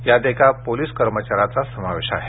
यात एका पोलिस कर्मचाऱ्यांचा समावेश आहे